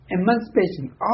emancipation